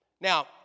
Now